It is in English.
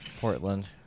Portland